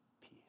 peace